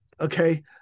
Okay